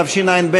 התשע"ב